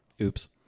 Oops